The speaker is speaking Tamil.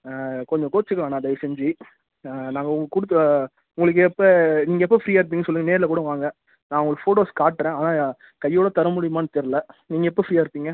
கொஞ்சம் கோவிச்சிக்க வேணாம் தயவு செஞ்சு நாங்கள் கொடுத்த உங்களுக்கு எப்போ நீங்கள் எப்போ ஃப்ரீயாக இருப்பீங்கன்னு சொல்லுங்கள் நேரில் கூட வாங்க நான் உங்களுக்கு ஃபோட்டோஸ் காட்டுறேன் ஆனால் கையோடு தரமுடியுமான்னு தெரியல நீங்கள் எப்போ ஃப்ரீயாக இருப்பீங்க